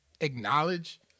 acknowledge